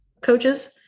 coaches